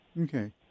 Okay